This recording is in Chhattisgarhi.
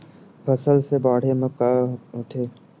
फसल से बाढ़े म का होथे?